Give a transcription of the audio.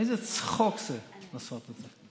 איזה צחוק זה לעשות את זה?